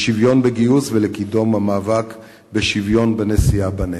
לשוויון בגיוס ולקידום המאבק לשוויון בנשיאה בנטל.